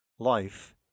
Life